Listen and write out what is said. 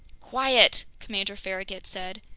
quiet! commander farragut said.